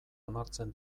onartzen